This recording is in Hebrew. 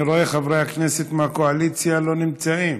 אני רואה שחברי הכנסת מהקואליציה לא נמצאים.